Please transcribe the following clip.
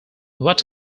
what